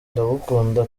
ndagukunda